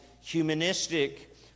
humanistic